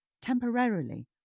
temporarily